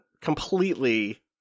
completely